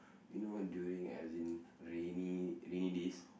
you know during as in rainy rainy days